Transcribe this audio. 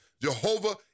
Jehovah